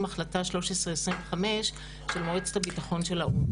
החלטה 1325 של מועצת הביטחון של האו"ם,